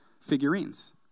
figurines